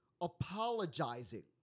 apologizing